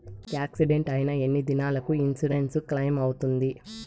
Accident అయిన ఎన్ని దినాలకు ఇన్సూరెన్సు క్లెయిమ్ అవుతుంది?